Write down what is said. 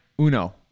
uno